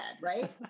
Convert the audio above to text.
right